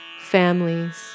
families